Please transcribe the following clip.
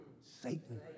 Satan